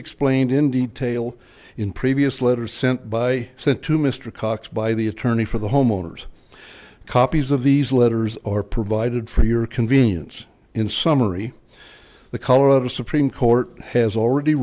explained in detail in previous letter sent by sent to mr cox by the attorney for the homeowners copies of these letters are provided for your convenience in summary the colorado supreme court has already